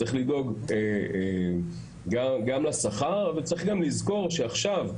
צריך לדאוג גם לשכר וצריך גם לזכור שעכשיו,